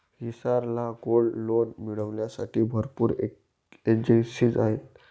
हिसार ला gold loan मिळविण्यासाठी भरपूर एजेंसीज आहेत